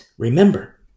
Remember